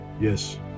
Yes